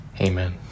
Amen